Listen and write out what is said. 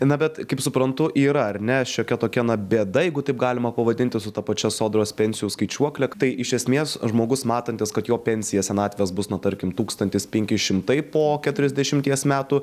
na bet kaip suprantu yra ar ne šiokia tokia na bėda jeigu taip galima pavadinti su ta pačia sodros pensijų skaičiuokle tai iš esmės žmogus matantis kad jo pensija senatvės bus nuo tarkim tūktantis penki šimtai po keturiasdešimties metų